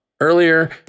earlier